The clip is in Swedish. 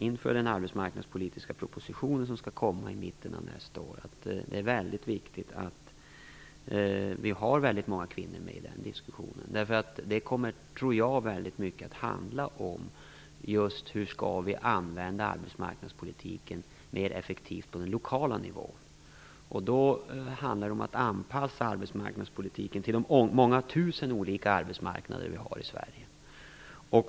Inför den arbetsmarknadspolitiska propositionen som skall komma i mitten av nästa år är det väldigt viktigt att vi har många kvinnor med i den diskussionen. Jag tror nämligen att det väldigt mycket kommer att handla om hur vi skall använda arbetsmarknadspolitiken mer effektivt på den lokala nivån. Då gäller det att anpassa arbetsmarknadspolitiken till de många tusen olika arbetsmarknader vi har i Sverige.